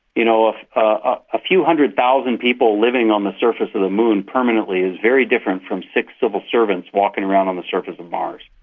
you know, a ah ah few hundred thousand people living on the surface of the moon permanently is very different from six civil servants walking around on the surface of mars,